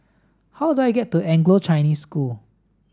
how do I get to Anglo Chinese School